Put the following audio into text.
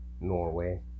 Norway